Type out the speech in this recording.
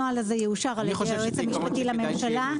הנוהל הזה יאושר על ידי היועץ המשפטי לממשלה.